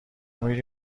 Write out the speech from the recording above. میری